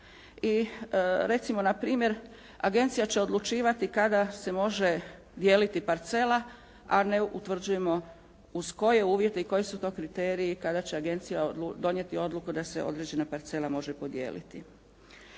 I recimo na primjer, agencija će odlučivati kada se može dijeliti parcela, a ne utvrđujemo uz koje uvjete i koji su to kriteriji kada će agencija donijeti odluku da se određena parcela može podijeliti.